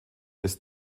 ist